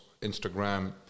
Instagram